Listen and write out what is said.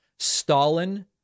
Stalin